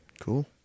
Cool